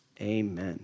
Amen